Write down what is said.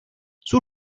sus